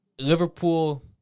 Liverpool